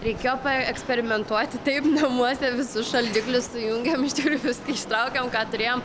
reikėjo paeksperimentuoti taip namuose visus šaldiklius sujungėm iš tikrųjų viską ištraukėm ką turėjom